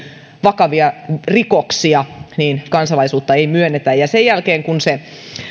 vakavia rikoksia niin kansalaisuutta ei myönnetä ja sen jälkeen kun